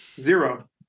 Zero